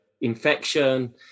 infection